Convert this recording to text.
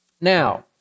Now